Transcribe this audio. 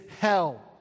hell